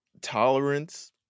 Tolerance